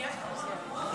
מייד חוזרת.